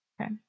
Okay